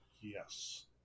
Yes